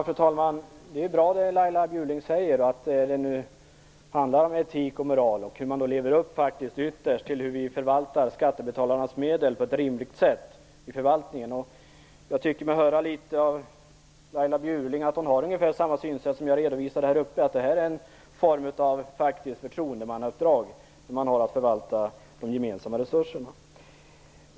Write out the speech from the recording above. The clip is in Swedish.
Fru talman! Det är ju bra när Laila Bjurling säger att det handlar om etik och moral och om hur man i förvaltningen ytterst lever upp till att förvalta skattebetalarnas medel på ett rimligt sätt. Jag tycker mig höra att Laila Bjurling har ungefär samma synsätt som det som jag redovisade, nämligen att förvaltandet av de gemensamma resurserna faktiskt är en form av förtroendeuppdrag.